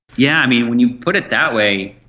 yeah, i mean, when you put it that way,